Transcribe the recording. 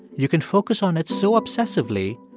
you can focus on it so obsessively,